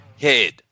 head